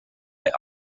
est